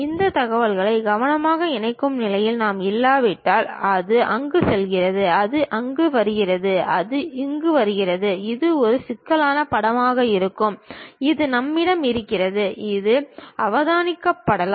இந்த தகவலை கவனமாக இணைக்கும் நிலையில் நாம் இல்லாவிட்டால் இது அங்கு செல்கிறது இது அங்கு வருகிறது இது வருகிறது இது ஒரு சிக்கலான படமாக இருக்கும் இது நம்மிடம் இருக்கும் இது அவதானிக்கப்படலாம்